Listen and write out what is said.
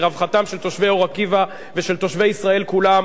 לרווחתם של תושבי אור-עקיבא ושל תושבי ישראל כולם,